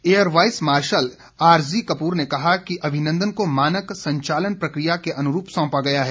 air vice marshal R G Kapoor ने कहा है कि अभिनंदन को मानक संचालन प्रकिया के अनुरूप साँपा गया है